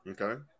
okay